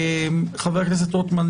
חבר הכנסת רוטמן,